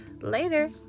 later